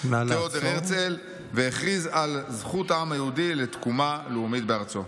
תיאודור הרצל והכריז על זכות העם היהודי לתקומה לאומית בארצו".